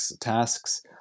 tasks